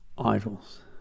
idols